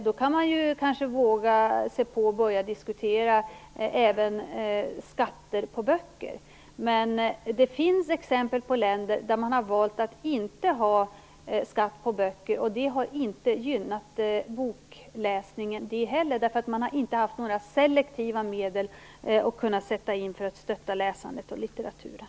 Då kan man börja våga sig på att diskutera även skatt på böcker. Det finns exempel på länder där man har valt att inte ha skatt på böcker, men det har inte gynnat bokläsandet, beroende på att man inte har haft några selektiva medel att sätta in för att stödja läsandet och litteraturen.